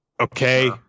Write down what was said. okay